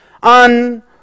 On